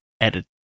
edit